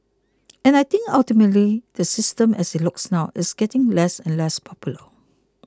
and I think ultimately the system as it looks now is getting less and less popular